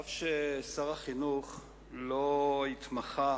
אף ששר החינוך לא התמחה